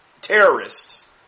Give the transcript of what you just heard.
terrorists